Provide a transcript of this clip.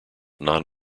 non